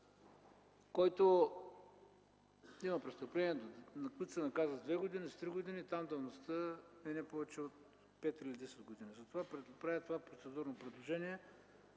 който има престъпления, които се наказват с 2 години, 3 години. Там давността е от 5 или 10 години. Затова правя това процедурно предложение